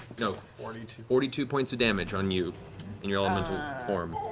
no, forty two forty two points of damage on you in your elemental form